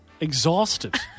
exhausted